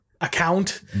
account